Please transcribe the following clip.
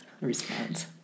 response